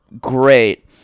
great